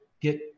get